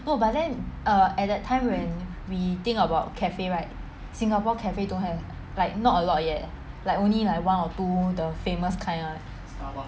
no but then err at that time when we think about cafe right singapore cafe don't have like not a lot yet like only like one or two the famous kind [one]